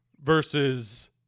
Versus